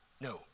No